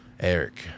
Eric